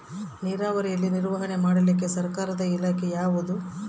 ನೇರಾವರಿಯಲ್ಲಿ ನಿರ್ವಹಣೆ ಮಾಡಲಿಕ್ಕೆ ಸರ್ಕಾರದ ಇಲಾಖೆ ಯಾವುದು?